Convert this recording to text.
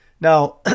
Now